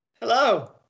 Hello